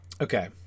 Okay